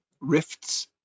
rifts